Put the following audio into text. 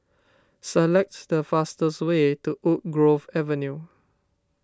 select the fastest way to Woodgrove Avenue